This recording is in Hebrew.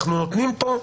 פה,